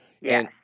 Yes